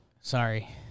Sorry